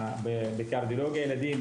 בקרדיולוגיה ילדים,